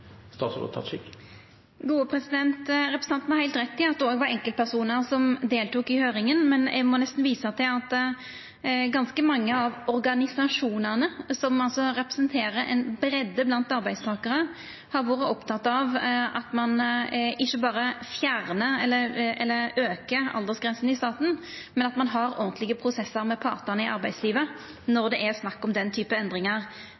Representanten har heilt rett i at det òg var enkeltpersonar som deltok i høyringa, men eg må nesten visa til at ganske mange av organisasjonane, som altså representerer ei breidd av arbeidstakarane, har vore opptekne av at ein ikkje berre aukar aldersgrensa i staten, men at ein òg har ordentlege prosessar med partane i arbeidslivet